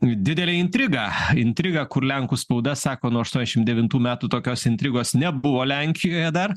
didelę intrigą intrigą kur lenkų spauda sako nuo aštuoniasdešim devintų metų tokios intrigos nebuvo lenkijoje dar